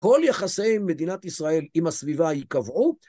כל יחסי מדינת ישראל עם הסביבה ייקבעו